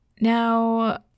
Now